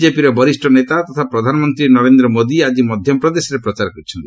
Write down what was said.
ବିଜେପିର ବରିଷ୍ଠ ନେତା ତଥା ପ୍ରଧାନମନ୍ତ୍ରୀ ନରେନ୍ଦ୍ର ମୋଦି ଆକି ମଧ୍ୟପ୍ରଦେଶରେ ପ୍ରଚାର କରିଛନ୍ତି